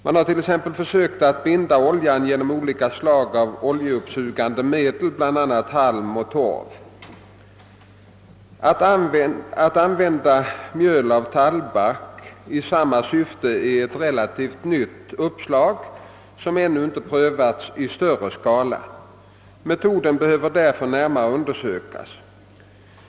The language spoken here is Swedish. Man har t.ex. försökt att binda oljan genom olika slag av oljeuppsugande medel, bl.a. halm och torv. Att använda mjöl av tallbark i samma syfte är ett relativt nytt uppslag, som ännu inte prövats i större skala. Metoden behöver därför undersökas närmare.